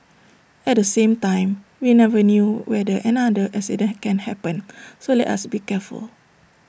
at the same time we never know whether another accident can happen so let us be careful